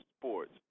sports